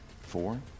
four